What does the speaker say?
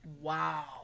wow